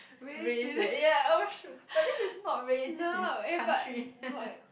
race eh ya oh shoots but this is not race this is country